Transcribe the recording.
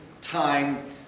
time